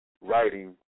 writing